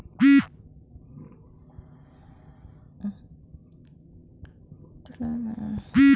আমার বোন কীভাবে কৃষি ঋণ পেতে পারে যদি তার কোনো সুরক্ষা বা জামানত না থাকে?